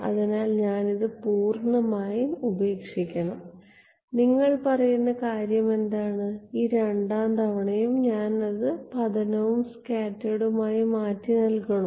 അതിനാൽ ഞാൻ ഇത് പൂർണ്ണമായും ഉപേക്ഷിക്കണം നിങ്ങൾ പറയുന്ന കാര്യം എന്താണ് ഈ രണ്ടാം തവണയും ഞാൻ അത് പതനവും സ്കാറ്റേർഡും ആയി മാറ്റി നൽകണോ